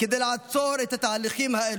כדי לעצור את התהליכים האלו,